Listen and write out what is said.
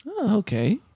okay